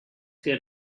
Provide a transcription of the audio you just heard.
get